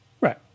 Right